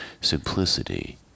simplicity